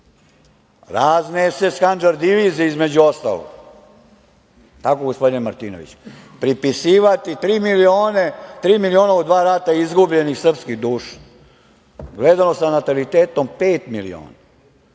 razne "SS" handžar divizije, između ostalog, jel tako gospodine Martinoviću, pripisivati tri miliona u dva rata izgubljenih srpskih duša, gledano sa natalitetom pet miliona.